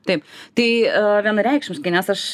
taip tai vienareikšmiškai nes aš